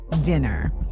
Dinner